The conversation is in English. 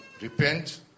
Repent